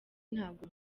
ntabwo